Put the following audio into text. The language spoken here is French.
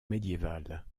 médiévales